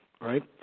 right